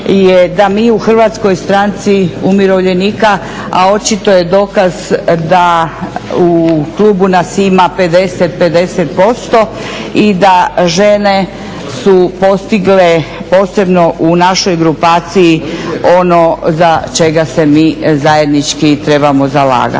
je da mi u Hrvatskoj stranci umirovljenika, a očito je dokaz da u klubu nas ima 50, 50% i da žene su postigle posebno u našoj grupaciji ono za čega se mi zajednički trebamo zalagati.